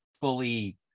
fully